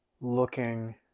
looking